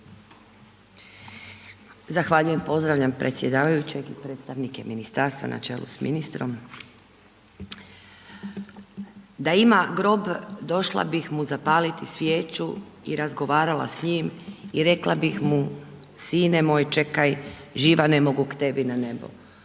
Zahvaljujem pozdravljam predsjedavajućeg, predstavnike ministarstva načelom s ministrom. Da ima grob došla bih mu zapaliti svijeću i razgovarala s njim i rekla bih mu sine moj, čekaj, živa ne mogu k tebi na nebo.